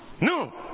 no